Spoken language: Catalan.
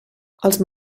els